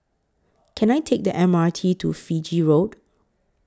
Can I Take The M R T to Fiji Road